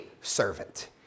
servant